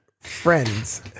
friends